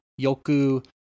yoku